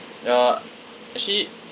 ya actually